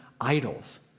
idols